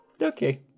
Okay